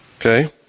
Okay